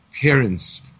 parents